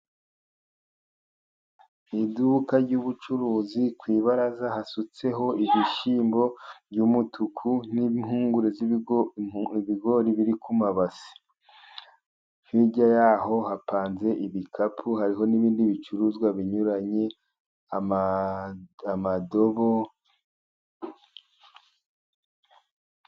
Mu iduka ry'ubucuruzi ku ibaraza, hasutseho ibishyimbo by'umutuku n'impungure z'ibigori, ibigori biri ku mabasi. Hirya y'aho hapanze ibikapu, hariho n'ibindi bicuruzwa binyuranye, amadobo......